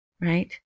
right